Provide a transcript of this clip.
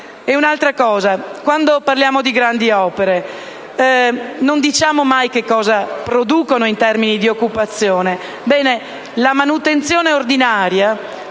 Quando parliamo di grandi opere, non diciamo mai che cosa esse producono in termini di occupazione: